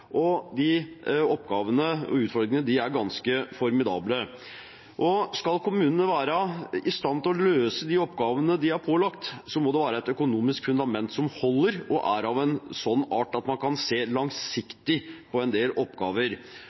De oppgavene og utfordringene er ganske formidable. Skal kommunene være i stand til å løse de oppgavene de er pålagt, må det være et økonomisk fundament som holder, og som er av en sånn art at man kan se langsiktig på en del oppgaver.